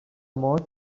mość